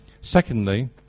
Secondly